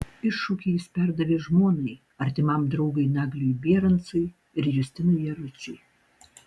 iššūkį jis perdavė žmonai artimam draugui nagliui bierancui ir justinui jaručiui